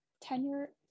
tenure